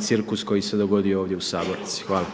cirkus koji se dogodio ovdje u sabornici. Hvala.